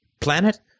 planet